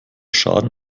schaden